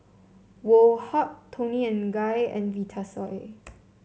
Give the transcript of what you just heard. Woh Hup Toni and Guy and Vitasoy